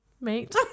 mate